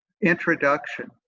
Introduction